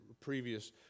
previous